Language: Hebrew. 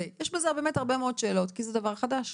יש בזה באמת הרבה מאוד שאלות כי זה דבר חדש